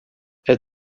est